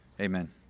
amen